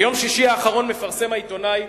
ביום שישי האחרון מפרסם העיתונאי,